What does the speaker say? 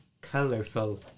colorful